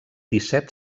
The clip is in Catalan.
disset